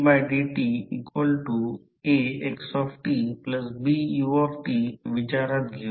तर E2 winding transformer मधील तांबे loss I2 2 R1 I2 2 R2 I